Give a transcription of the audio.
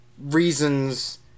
reasons